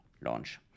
launch